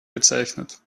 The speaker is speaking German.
bezeichnet